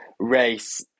race